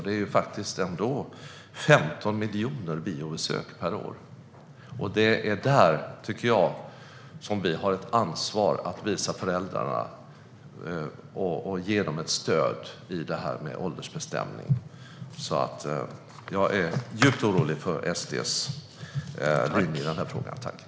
Det är faktiskt ändå 15 miljoner biobesök per år. Där tycker jag att vi har ett ansvar att visa föräldrarna och ge dem ett stöd genom detta med åldersbestämning. Jag är djupt orolig för SD:s linje i den här frågan.